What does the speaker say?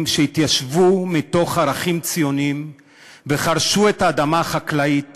שהתיישבו מתוך ערכים ציוניים וחרשו את האדמה החקלאית